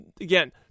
again